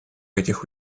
этих